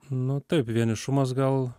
nu taip vienišumas gal